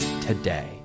today